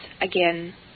again